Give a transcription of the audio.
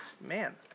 Man